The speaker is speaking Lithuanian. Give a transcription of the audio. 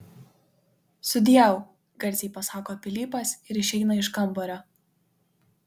sudieu garsiai pasako pilypas ir išeina iš kambario